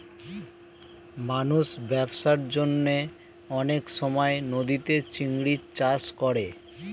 মানুষ ব্যবসার জন্যে অনেক সময় নদীতে চিংড়ির চাষ করে